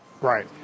Right